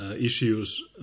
issues